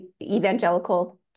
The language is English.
evangelical